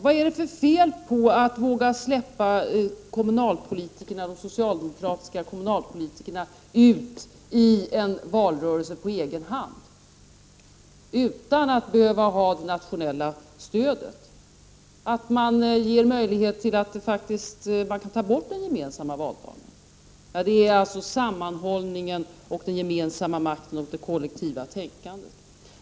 Vad är det för fel på att våga släppa ut de socialdemokratiska kommunalpolitikerna på egen hand i en valrörelse, utan att behöva ha det nationella stödet, så att det ges möjlighet att ta bort den gemensamma valdagen? Jo, det är alltså sammanhållningen och den gemensamma makten och det kollektiva tänkandet.